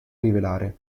rivelare